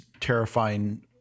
terrifying